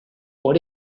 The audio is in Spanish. por